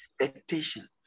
Expectation